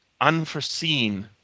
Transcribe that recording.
unforeseen